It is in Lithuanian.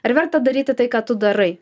ar verta daryti tai ką tu darai